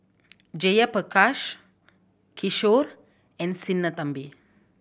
Jayaprakash Kishore and Sinnathamby